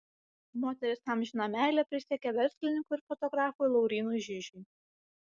moteris amžiną meilę prisiekė verslininkui ir fotografui laurynui žižiui